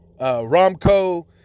romco